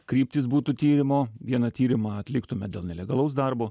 kryptys būtų tyrimo vieną tyrimą atliktumėme dėl nelegalaus darbo